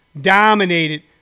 dominated